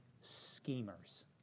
schemers